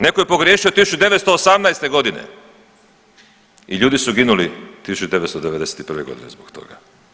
Netko je pogriješio 1918. godine i ljudi su ginuli 1991. godine zbog toga.